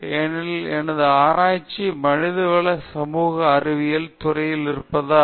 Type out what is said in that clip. ஏனெனில் எனது ஆராய்ச்சி மனிதவள மற்றும் சமூக அறிவியல் துறையில் இருப்பதால்